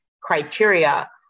criteria